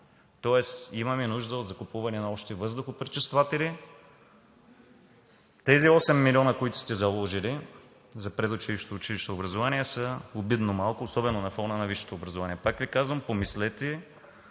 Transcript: Тоест имаме нужда от закупуване на още въздухопречистватели. Тези осем милиона, които сте заложили за предучилищното и училищното образование, са обидно малко особено на фона на висшето образование. Пак Ви казвам, помислете,